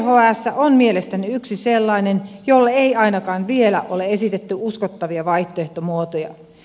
yths on mielestäni yksi sellainen jolle ei ainakaan vielä ole esitetty uskottavia vaihtoehtomuotoja